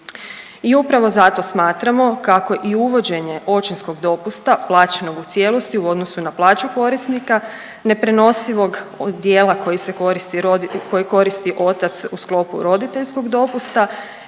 I upravo zato smatramo kako i uvođenje očinskog dopusta plaćenog u cijelosti u odnosu na plaću korisnika neprenosivog dijela koji se koristi, koji koristi otac u sklopu roditeljskog dopusta